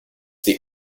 the